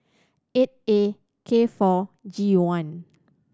eight A K four G one